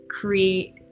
create